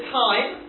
time